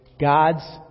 God's